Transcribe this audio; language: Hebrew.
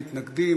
אין מתנגדים.